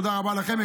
תודה רבה לכם.